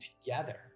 together